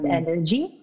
energy